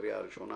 בקריאה הראשונה.